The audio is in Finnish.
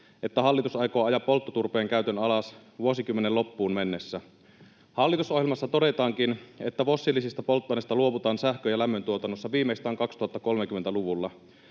että hallitus aikoo ajaa polttoturpeen käytön alas vuosikymmenen loppuun mennessä. Hallitusohjelmassa todetaankin, että fossiilisista polttoaineista luovutaan sähkön- ja lämmöntuotannossa viimeistään 2030-luvulla.